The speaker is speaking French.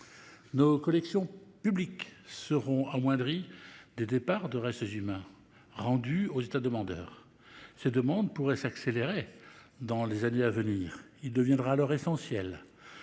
Nos collections publiques sortiront amoindries des départs de restes humains rendus aux États demandeurs. Ces demandes pourraient s'accélérer dans les années à venir ; il deviendra alors essentiel